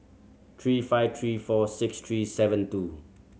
three five three four six three seven two